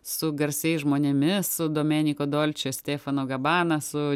su garsiais žmonėmis su domenika dolče stefano gabana su